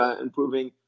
improving